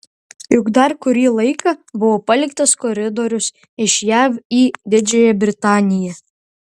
juk dar kurį laiką buvo paliktas koridorius iš jav į didžiąją britaniją